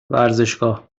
ورزشگاه